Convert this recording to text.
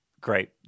Great